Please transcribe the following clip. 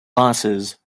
losses